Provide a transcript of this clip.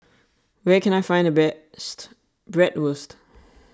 where can I find the best Bratwurst